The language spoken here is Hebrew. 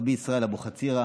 רבי ישראל אבוחצירא,